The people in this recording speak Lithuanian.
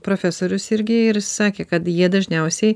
profesorius irgi ir sakė kad jie dažniausiai